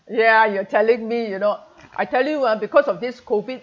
ya you are telling me you know I tell you ah because of this COVID